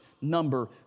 number